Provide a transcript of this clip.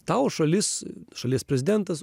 tau šalis šalies prezidentas